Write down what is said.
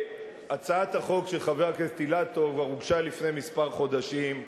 הצעת החוק של חבר הכנסת אילטוב הוגשה לפני כמה חודשים,